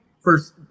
first